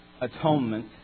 atonement